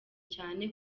cyane